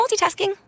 multitasking